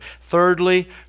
Thirdly